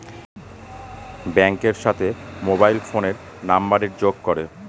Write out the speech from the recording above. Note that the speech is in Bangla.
ব্যাঙ্কের সাথে মোবাইল ফোনের নাম্বারের যোগ করে